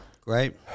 Great